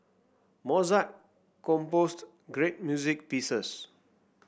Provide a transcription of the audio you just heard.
Mozart composed great music pieces